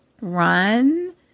run